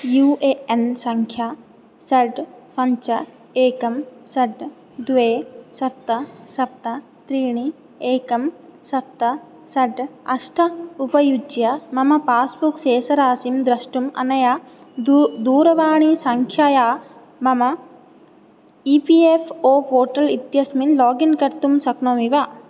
you A N सङ्ख्या षड् पञ्च एकं षड् द्वे सप्त सप्त त्रीणि एकं सप्त षड् अष्ट उपयुज्य मम पास्बुक् शेषराशिं द्रष्टुं अनया दू दूरवाणीसङ्ख्यया मम E P F O portal इत्यस्मिन् लोगिन् कर्तुं शक्नोमि वा